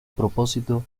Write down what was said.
propósito